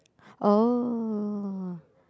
oh